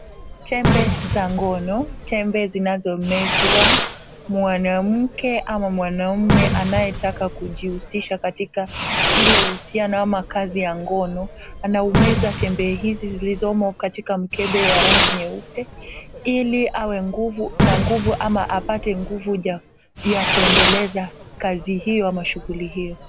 Tembe za ngono. Tembe zinazomezwa mwanamke ama mwanamume anayetaka kujihusisha katika ile uhusiano ama kazi ya ngono, anaumeza tembe hizi zilizomo katika mkebe ya rangi nyeupe, ili awe na nguvu ama apate nguvu ya kwendeleza kazi hiyo ama shughuli hiyo .